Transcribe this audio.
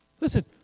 Listen